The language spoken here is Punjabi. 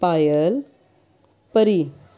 ਪਾਇਲ ਪਰੀ